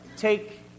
take